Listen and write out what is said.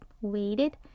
waited